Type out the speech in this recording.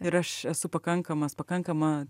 ir aš esu pakankamas pakankama